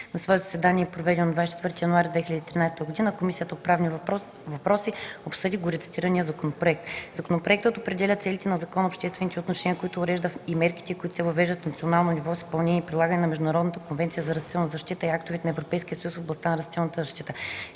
На свое заседание, проведено на 24 януари 2013 г., Комисията по правни въпроси обсъди горецитирания законопроект. Законопроектът определя целите на закона, обществените отношения, които урежда, и мерките, които се въвеждат на национално ниво в изпълнение и прилагане на Международната конвенция за растителна защита и актовете на Европейския съюз в областта на растителната защита.